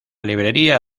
librería